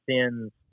sends